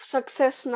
Success